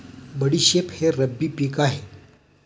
बडीशेप हे रब्बी पिक आहे